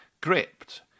gripped